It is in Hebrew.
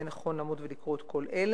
יהיה נכון לעמוד לקרוא את כל אלה.